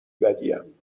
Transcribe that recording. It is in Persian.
بدیم